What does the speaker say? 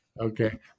Okay